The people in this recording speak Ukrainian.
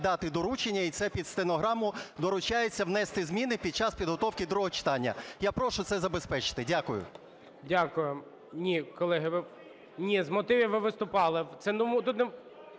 дати доручення. І це під стенограму доручається, внести зміни під час підготовки другого читання. Я прошу це забезпечити. Дякую. ГОЛОВУЮЧИЙ. Дякую. Ні, колеги, ні, з мотивів ви виступали. Ви